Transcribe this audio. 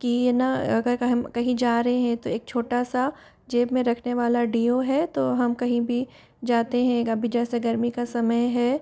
कि यह न अगर हम कहीं जा रहे हैं तो एक छोटा सा जेब में रखने वाला डिओ है तो हम कहीं भी जाते हैं अभी जैसे गर्मी का समय है